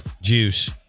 juice